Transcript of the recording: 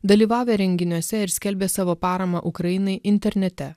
dalyvavę renginiuose ir skelbė savo paramą ukrainai internete